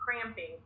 cramping